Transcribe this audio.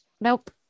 nope